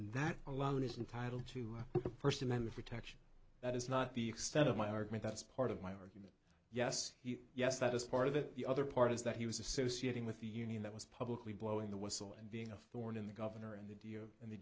that alone is entitle to the first amendment protection that is not the extent of my argument that's part of my argument yes yes that is part of it the other part is that he was associating with the union that was publicly blowing the whistle and being a thorn in the governor in the